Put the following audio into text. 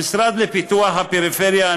המשרד לפיתוח הפריפריה,